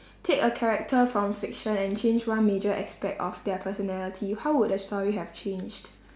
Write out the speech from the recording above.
take a character from fiction and change one major aspect of their personality how would the story have changed